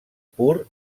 pur